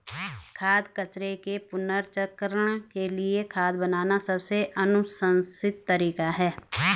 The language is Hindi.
खाद्य कचरे के पुनर्चक्रण के लिए खाद बनाना सबसे अनुशंसित तरीका है